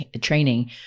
training